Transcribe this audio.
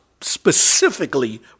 specifically